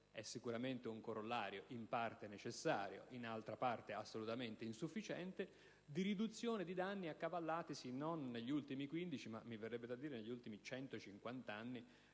è sicuramente un corollario, in parte necessario, in altra parte assolutamente insufficiente, di riduzione di danniaccavallatisi non negli ultimi 15 ma, mi verrebbe da dire, nei 150 anni